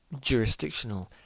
jurisdictional